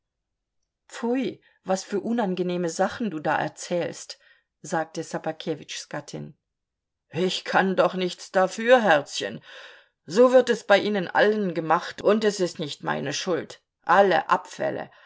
pfui was für unangenehme sachen du da erzählst sagte ssobakewitschs gattin ich kann doch nichts dafür herzchen so wird es bei ihnen allen gemacht und es ist nicht meine schuld alle abfälle